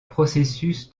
processus